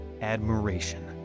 admiration